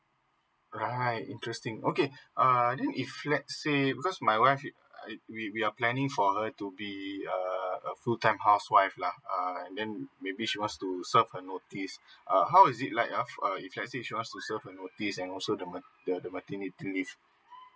alright interesting okay uh then if let's say because my wife if uh it we we are planning for her to be a a full time housewife lah err then maybe she wants to serve her notice err how is it like ah uh if let's say she wants to serve her notice and also the ma~ the the maternity leave